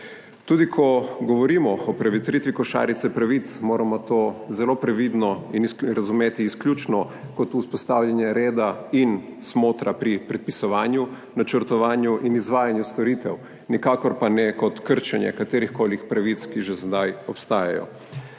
Tudi ko govorimo o prevetritvi košarice pravic moramo to zelo previdno in razumeti izključno kot vzpostavljanje reda in smotra pri predpisovanju, načrtovanju in izvajanju storitev, nikakor pa ne kot krčenje katerihkoli pravic, ki že sedaj obstajajo.